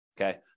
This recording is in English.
okay